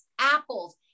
apples